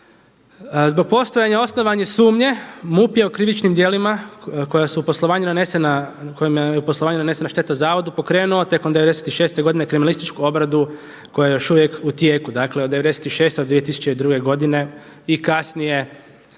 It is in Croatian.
zbog postojanja osnovane sumnje MUP je o krivičnim djelima koja su u poslovanju nanesena šteta zavodu pokrenuo tijekom '96. godine kriminalistiku obradu koja je još uvijek u tijeku. Dakle od '96. do 2002. godine i kasnije